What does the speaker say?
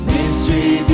Mystery